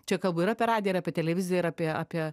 čia kalbu ir apie radiją ir apie televiziją ir apie apie